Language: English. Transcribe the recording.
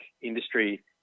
industry